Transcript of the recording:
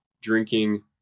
drinking